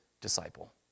disciple